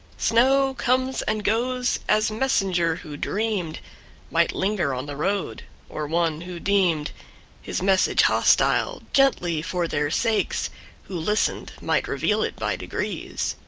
snow comes and goes as messenger who dreamed might linger on the road or one who deemed his message hostile gently for their sakes who listened might reveal it by degrees.